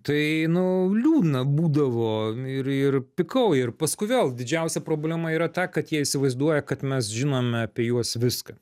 tai nu liūdna būdavo ir ir pykau ir paskui vėl didžiausia problema yra ta kad jie įsivaizduoja kad mes žinome apie juos viską